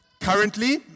Currently